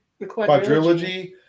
Quadrilogy